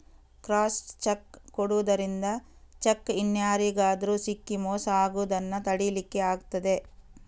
crossed cheque ಕೊಡುದರಿಂದ cheque ಇನ್ಯಾರಿಗಾದ್ರೂ ಸಿಕ್ಕಿ ಮೋಸ ಆಗುದನ್ನ ತಡೀಲಿಕ್ಕೆ ಆಗ್ತದೆ